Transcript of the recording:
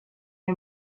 you